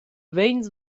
vegns